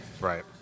right